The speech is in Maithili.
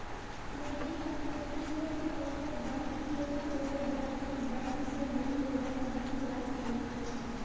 क्रेडिट कार्ड, व्यक्तिगत कर्जा, बैंक केर ओवरड्राफ्ट बैंक सँ लोन लेबाक बहुत रास तरीका छै